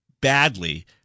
badly